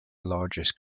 largest